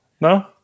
no